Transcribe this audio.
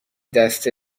دسته